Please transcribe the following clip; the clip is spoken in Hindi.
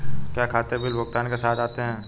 क्या खाते बिल भुगतान के साथ आते हैं?